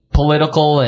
political